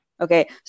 Okay